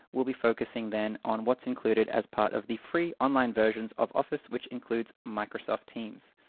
we'll be focusing then on what's included as part of the free online versions of office, which includes microsoft teams.